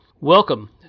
Welcome